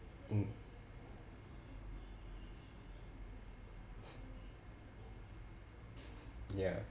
mm ya